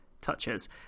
touches